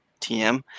TM